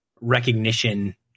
recognition